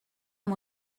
amb